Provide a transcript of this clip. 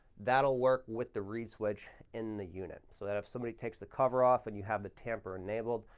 that'll work with the read switch in the unit. so that if somebody takes the cover off, and you have the tamper enabled,